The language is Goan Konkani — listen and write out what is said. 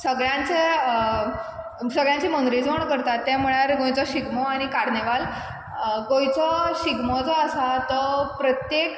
सगल्यांचे सगल्यांची मनरिजवण करता ते म्हळ्यार गोंयचो शिगमो आनी कार्निवाल गोंयचो शिगमो जो आसा तो प्रत्येक